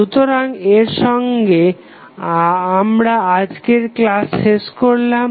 সুতরাং এর সঙ্গে আমরা আজকের ক্লাস শেষ করলাম